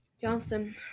Johnson